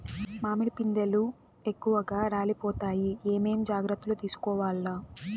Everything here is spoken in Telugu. మామిడి పిందెలు ఎక్కువగా రాలిపోతాయి ఏమేం జాగ్రత్తలు తీసుకోవల్ల?